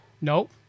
Nope